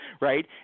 right